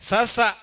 Sasa